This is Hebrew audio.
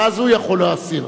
ואז הוא יכול להסיר.